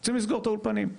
רוצים לסגור את האולפנים,